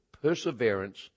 Perseverance